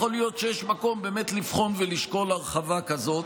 יש מקום באמת לבחון ולשקול הרחבה כזאת.